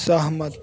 सहमत